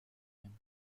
him